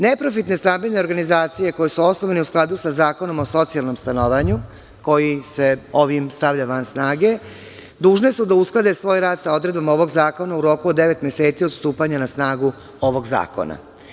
Neprofitne stabilne organizacije koje su osnovane u skladu sa Zakonom o socijalnom stanovanju, koji se ovim stavlja van snage, dužne su da usklade svoj rad sa odredbama ovog zakona u roku od devet meseci od stupanja na snagu ovog zakona.